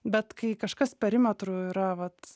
bet kai kažkas perimetru yra vat